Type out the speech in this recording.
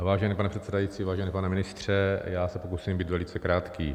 Vážený pane předsedající, vážený pane ministře, já se pokusím být velice krátký.